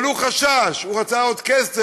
אבל הוא חשש, הוא רצה עוד כסף.